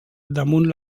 damunt